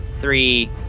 three